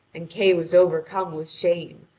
and kay was overcome with shame,